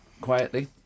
quietly